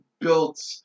built